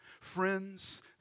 Friends